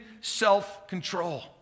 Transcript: self-control